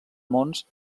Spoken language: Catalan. mons